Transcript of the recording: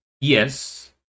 Yes